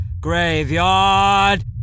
graveyard